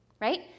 right